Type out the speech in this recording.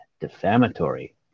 defamatory